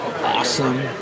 awesome